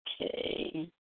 Okay